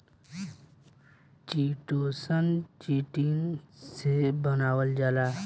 chitosan, chitin से बनावल जाला